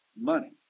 money